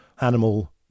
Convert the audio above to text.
animal